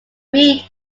read